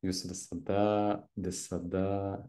jūs visada visada